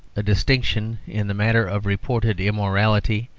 a distinction, in the matter of reported immorality,